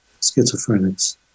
schizophrenics